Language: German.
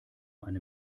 eine